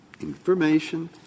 information